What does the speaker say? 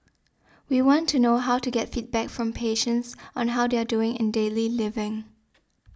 we want to know how to get feedback from patients on how they are doing in daily living